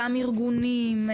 אותם ארגונים,